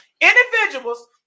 Individuals